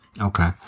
Okay